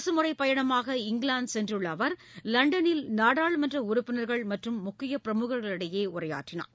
அரசுமுறைப் பயணமாக இங்கிலாந்து சென்றுள்ள அவர் லண்டனில் நாடாளுமன்ற உறுப்பினர்கள் மற்றும் முக்கியப் பிரமுகர்களிடையே உரையாற்றினார்